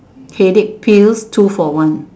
headache pill two for one